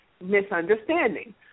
misunderstanding